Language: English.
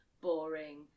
boring